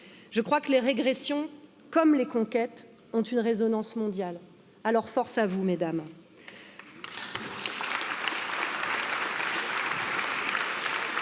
Je crois que les régressions, comme les conquêtes, ont une résonance mondiale. Alors force à vous, Mᵐᵉˢ